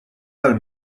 del